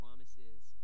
Promises